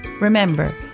Remember